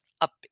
up